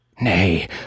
Nay